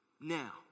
now